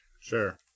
sure